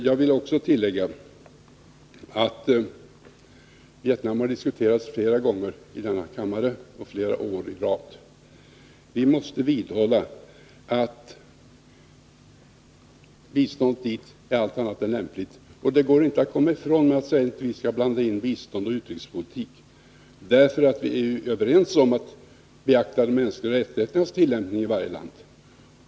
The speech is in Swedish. Jag vill också tillägga att Vietnam har diskuterats flera gånger i denna kammare. Vi måste vidhålla att biståndet dit är allt annat än lämpligt. Det går inte att komma ifrån det förhållandet med att säga att Sverige inte skall blanda ihop bistånd och utrikespolitik. Vi är ju överens om att beakta de mänskliga rättigheternas tillämpning i varje land.